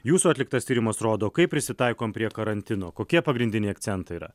jūsų atliktas tyrimas rodo kaip prisitaikom prie karantino kokie pagrindiniai akcentai yra